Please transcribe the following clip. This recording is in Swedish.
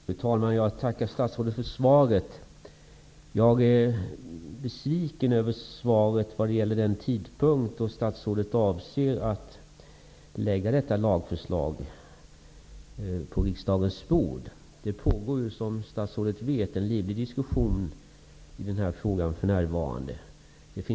Fru talman! Jag tackar statsrådet för svaret. Jag är besviken över svaret när det gäller den tidpunkt då statsrådet avser att lägga detta lagförslag på riksdagens bord. Det pågår som statsrådet vet en livlig diskussion i denna fråga för närvarande.